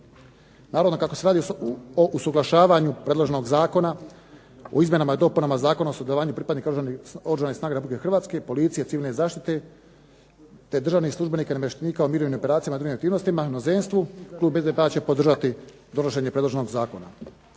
Naravno, kako se radi o usuglašavanju predloženog zakona o izmjenama i dopunama Zakona o sudjelovanju pripadnika Oružanih snaga Republike Hrvatske, policije, civilne zaštite, te državnih službenika i namještenika u mirovnim operacijama i drugim aktivnostima u inozemstvu klub SDP-a će podržati donošenje predloženog zakona.